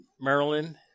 Maryland